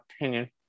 opinion